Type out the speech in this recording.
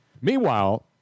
Meanwhile